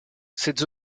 cette